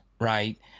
right